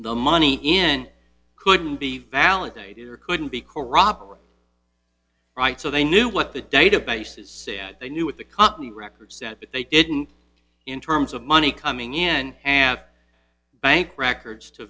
the money n couldn't be validated or couldn't be corroborated right so they knew what the databases they knew with the company record set but they didn't in terms of money coming in and bank records to